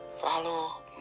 Follow